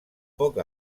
poc